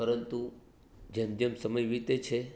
પરંતુ જેમ જેમ સમય વીતે છે